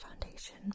foundation